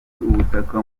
ubutaka